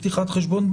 מטעם מי?